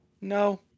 No